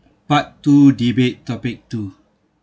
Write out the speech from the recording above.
part two debate topic two